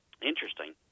Interesting